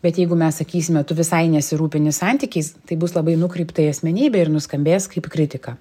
bet jeigu mes sakysime tu visai nesirūpini santykiais tai bus labai nukreipta į asmenybę ir nuskambės kaip kritika